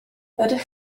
ydych